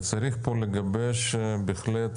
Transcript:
צריך לגבש פה בהחלט